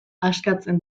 askatzen